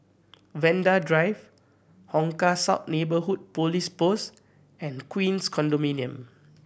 Vanda Drive Hong Kah South Neighbourhood Police Post and Queens Condominium